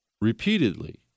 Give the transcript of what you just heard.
repeatedly